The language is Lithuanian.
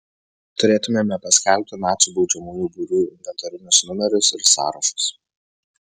turėtumėme paskelbti nacių baudžiamųjų būrių inventorinius numerius ir sąrašus